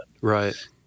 Right